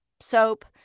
soap